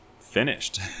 finished